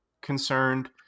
concerned